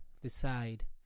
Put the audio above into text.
decide